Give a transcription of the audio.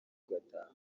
ugataha